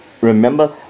Remember